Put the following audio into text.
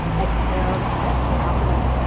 exhale to step or hop it up.